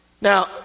Now